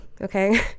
okay